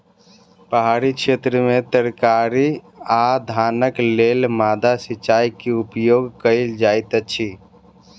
पहाड़ी क्षेत्र में तरकारी आ धानक लेल माद्दा सिचाई के उपयोग कयल जाइत अछि